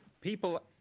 people